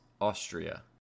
Austria